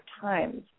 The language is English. times